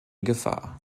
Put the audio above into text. gefahr